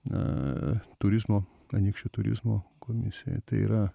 a turizmo anykščių turizmo komisijoj tai yra